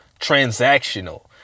transactional